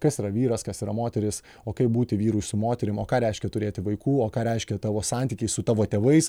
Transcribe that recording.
kas yra vyras kas yra moteris o kaip būti vyrui su moterim ką reiškia turėti vaikų o ką reiškia tavo santykiai su tavo tėvais